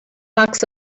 box